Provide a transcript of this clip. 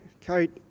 Kate